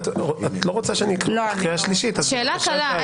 שאלה קטנה,